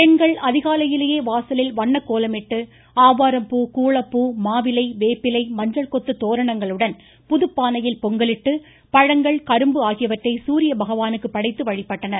பெண்கள் அதிகாலையிலேயே வாசலில் வண்ண கோலமிட்டு ஆவாரம்பூ கூளப்பூ மாவிலை வேப்பிலை மஞ்சள் கொத்து தோரணங்களுடன் புதுப்பானையில் பொங்கலிட்டு பழங்கள் கரும்பு ஆகியவற்றை சூரிய பகவானுக்கு படைத்து வழிபட்டனர்